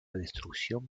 destrucción